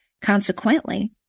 Consequently